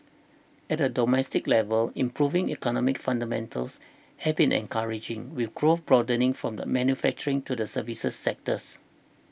at a domestic level improving economic fundamentals have been encouraging with growth broadening from the manufacturing to the services sectors